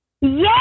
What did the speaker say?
Yes